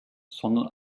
sondern